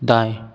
दाएँ